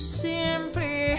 simply